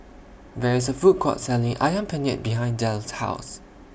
There IS A Food Court Selling Ayam Penyet behind Delle's House